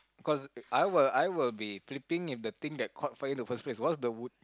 cause I will I will be flipping if the thing that caught fire in the first place what's the wood